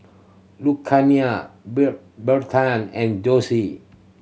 Luciana Bertrand and Josie